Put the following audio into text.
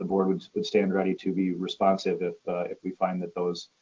ah board would would stand ready to be responsive if if we find that those